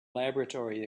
laboratory